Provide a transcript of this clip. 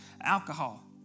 Alcohol